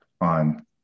on